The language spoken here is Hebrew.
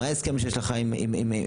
מה ההסכם שיש לך עם החניון,